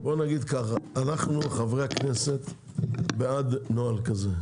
אנו חברי הכנסת בעד נוהל כזה.